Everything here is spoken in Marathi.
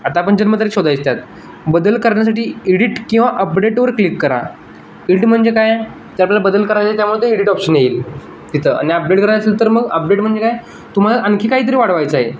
आता आपण जन्मतारीख शोधायच त्यात बदल करण्यासाठी एडिट किंवा अपडेटवर क्लिक करा एडिट म्हणजे काय तर आपल्याला बदल करायचं आहे त्यामुळे ते एडिट ऑप्शन येईल तिथं आणि अपडेट करायचं तर मग अपडेट म्हणजे काय तुम्हाला आणखी काहीतरी वाढवायचं आहे